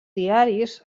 diaris